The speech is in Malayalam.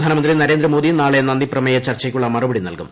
പ്രധാനമന്ത്രി നരേന്ദ്രമോദി നാളെ നന്ദി പ്രമേയ ചർച്ചയ്ക്കുള്ള മറുപടി നൽകും